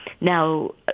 Now